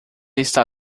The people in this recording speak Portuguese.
está